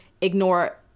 ignore